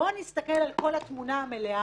בואו נסתכל על כל התמונה המלאה,